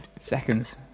Seconds